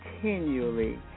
continually